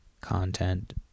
content